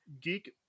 geek